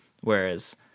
Whereas